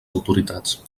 autoritats